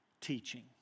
teaching